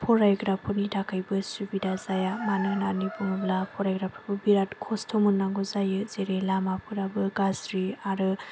फरायग्राफोरनि थाखायबो सुबिदा जाया मानो होननानै बुङोब्ला फरायग्राफोरखौ बिराद खसथ' मोननांगौ जायो जेरै लामा फोराबो गाज्रि आरो